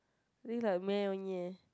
I think it's like meh only leh